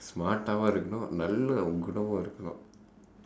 smartavum இருக்கனும் நல்ல:irukkanum nalla இருக்கனும்:irukkanum